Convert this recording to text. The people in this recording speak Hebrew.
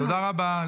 תודה רבה.